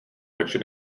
takže